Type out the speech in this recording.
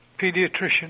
pediatrician